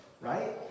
right